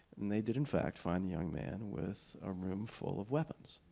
and they did, in fact, find the young man with a room full of weapons.